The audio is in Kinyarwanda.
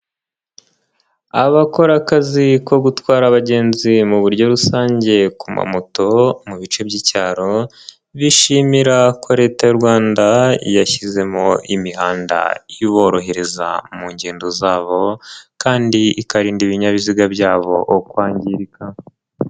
Abakora akazi ko gutwara abagenzi mu buryo rusange ku mamoto mu bice by'icyaro, bishimira ko leta y'u Rwanda yashyizemo imihanda iborohereza mu ngendo zabo kandi ikarinda ibinyabiziga byabo kwangirika.